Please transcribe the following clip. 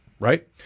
Right